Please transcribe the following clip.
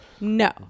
No